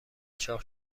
چاق